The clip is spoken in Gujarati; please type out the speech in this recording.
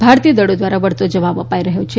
ભારતીય દળો ધ્વારા વળતો જવાબ અપાઇ રહથો છે